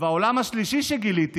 והעולם השלישי שגיליתי